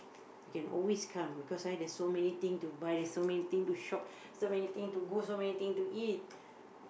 you can always come because why there is so many things to buy so many things to shop so many things to go so many things to eat